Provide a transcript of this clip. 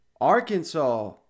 Arkansas